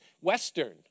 Western